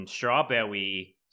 Strawberry